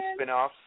spinoffs